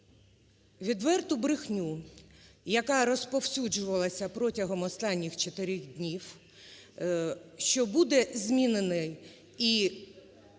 відверту брехню, яка розповсюджувалася протягом останніх чотирьох днів, що буде змінений і